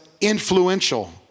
influential